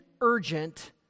Urgent